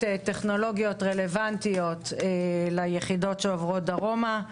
טכנולוגיות שרלוונטיות ליחידות שעוברות דרומה.